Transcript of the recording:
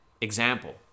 example